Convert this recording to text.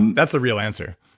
that's the real answer